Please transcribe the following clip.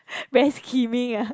very scheming ah